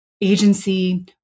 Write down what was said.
agency